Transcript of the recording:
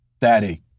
Daddy